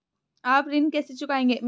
आप ऋण कैसे चुकाएंगे?